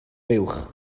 fuwch